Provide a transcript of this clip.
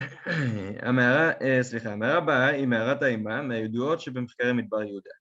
המערה, סליחה, המערה הבאה היא מערת האימה מהידועות שבמחקרי מדבר יהודה